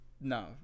no